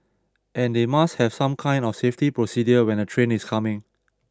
and they must have some kind of safety procedure when a train is coming